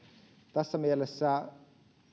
tässä mielessä